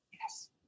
yes